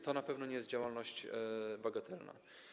To na pewno nie jest działalność bagatelna.